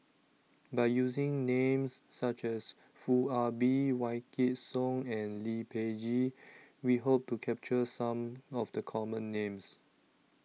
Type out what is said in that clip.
By using Names such as Foo Ah Bee Wykidd Song and Lee Peh Gee We Hope to capture Some of The Common Names